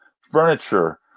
furniture